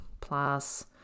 plus